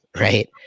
right